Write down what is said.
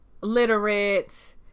literate